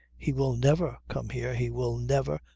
he will never come here, he will never,